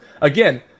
Again